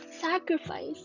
sacrifice